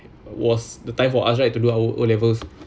was the time for us right to do our O levels